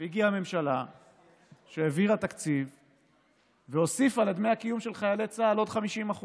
הגיעה ממשלה שהעבירה תקציב והוסיפה לדמי הקיום של חיילי צה"ל עוד 50%,